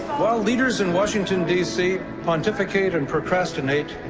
while leaders in washington, d c, pontificate and procrastinate,